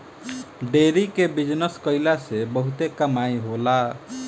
dairy के business कईला से बहुते कमाई होला